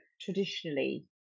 traditionally